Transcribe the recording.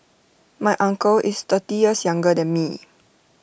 my uncle is thirty years younger than me